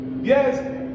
Yes